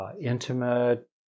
intimate